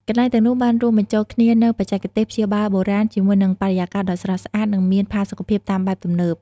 កន្លែងទាំងនោះបានរួមបញ្ចូលគ្នានូវបច្ចេកទេសព្យាបាលបុរាណជាមួយនឹងបរិយាកាសដ៏ស្រស់ស្អាត និងមានផាសុកភាពតាមបែបទំនើប។